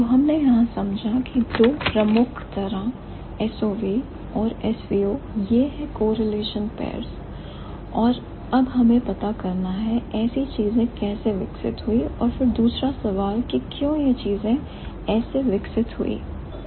तो हमने यहां समझा की दो प्रमुख तरह SOV और SVO यह हैं correlation pairs और अब हमें पता करना है कि ऐसी चीज है कैसे विकसित हुई और फिर दूसरा सवाल के क्यों यह चीजें विकसित हुई